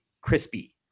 crispy